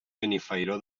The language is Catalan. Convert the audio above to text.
benifairó